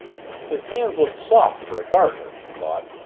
his hands look soft for a gardener's, she thought.